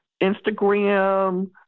Instagram